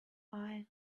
eye